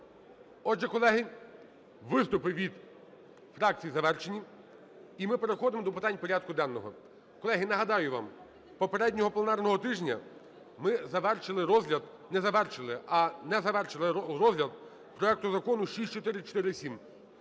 Отже, колеги, виступи від фракцій завершені. І ми переходимо до питань порядку денного. Колеги, нагадаю вам, попереднього пленарного тижня ми завершили розгляд… не завершили, а… не завершили розгляд проекту закону 6447.